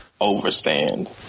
Overstand